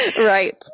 Right